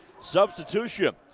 Substitution